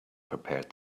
prepared